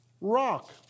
rock